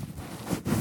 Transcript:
אדוני